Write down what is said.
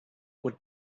would